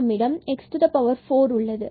நம்மிடம் x4 உள்ளது